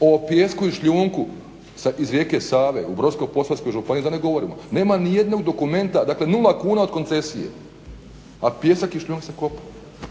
O pijesku i šljunku iz rijeke Save u Brodsko-posavskoj županiji da ne govorimo. Nema nijednog dokumenta dakle nula kuna od koncesije, a pijesak i šljunak se kopaju.